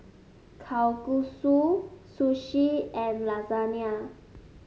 Kalguksu Sushi and Lasagna